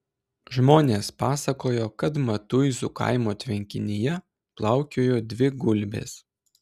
žmonės pasakojo kad matuizų kaimo tvenkinyje plaukiojo dvi gulbės